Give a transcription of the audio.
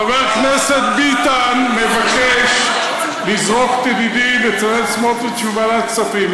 חבר הכנסת ביטן מבקש לזרוק את ידידי בצלאל סמוטריץ מוועדת הכספים.